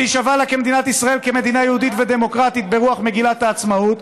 להישבע למדינת ישראל כמדינה יהודית ודמוקרטית ברוח מגילת העצמאות,